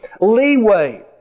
leeway